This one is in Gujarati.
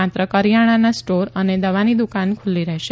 માત્ર કરીયાણા સ્ટોર અને દવાની દુકાન ખુલ્લી રહેશે